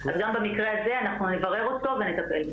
אז גם במקרה הזה אנחנו נברר אותו ונטפל בו.